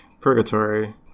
Purgatory